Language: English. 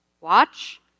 Watch